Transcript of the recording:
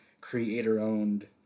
creator-owned